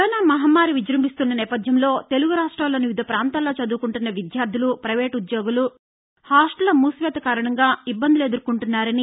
corona మహమ్నారి విజ్బంభిస్తున్న నేపథ్యంలో తెలుగు రాష్ట్రాల్లోని వివిధ ప్రాంతాల్లో చదువుకుంటున్న విద్యార్దులు పైవేటు ఉద్యోగులు హాస్టళ్ల మూసివేత కారణంగా ఇబ్బందులు ఎదుర్కొంటున్నారని